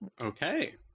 Okay